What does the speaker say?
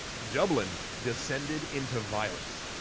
dublin descended into violence.